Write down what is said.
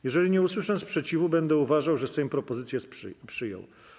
Jeżeli nie usłyszę sprzeciwu, będę uważał, że Sejm propozycję przyjął.